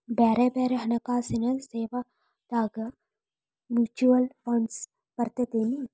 ಬ್ಯಾರೆ ಬ್ಯಾರೆ ಹಣ್ಕಾಸಿನ್ ಸೇವಾದಾಗ ಮ್ಯುಚುವಲ್ ಫಂಡ್ಸ್ ಬರ್ತದೇನು?